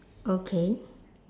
okay